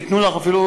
ייתנו לך אפילו,